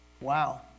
wow